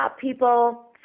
people